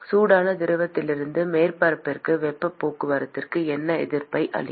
சூடான திரவத்திலிருந்து மேற்பரப்பிற்கு வெப்பப் போக்குவரத்துக்கு என்ன எதிர்ப்பை அளிக்கும்